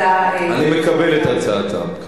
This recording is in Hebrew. אני מקבל את הצעתם.